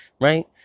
Right